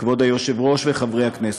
כבוד היו"ר וחברי הכנסת,